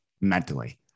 mentally